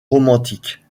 romantique